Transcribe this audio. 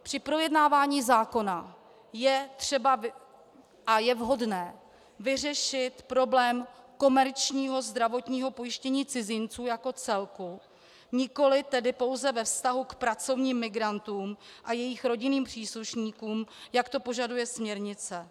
Při projednávání zákona je třeba a je vhodné vyřešit problém komerčního zdravotního pojištění cizinců jako celku, nikoli tedy pouze ve vztahu k pracovním migrantům a jejich rodinným příslušníkům, jak to požaduje směrnice.